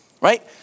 right